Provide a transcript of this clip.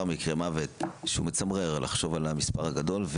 מקרי מוות שמצמרר לחשוב על המספר הגדול,